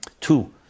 Two